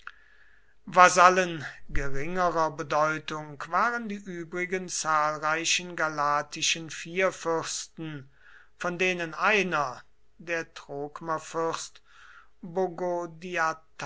vasallen geringerer bedeutung waren die übrigen zahlreichen galatischen vierfürsten von denen einer der